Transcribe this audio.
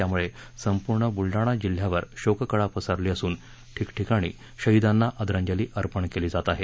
त्यामुळे संपूर्ण बुलढाणा जिल्ह्यावर शोककळा पसरली असून ठिकठिकाणी शहिदांना आदरांजली अर्पण केली जात आहे